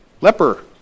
Leper